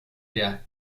der